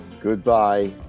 Goodbye